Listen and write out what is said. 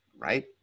right